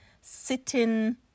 sitting